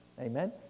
Amen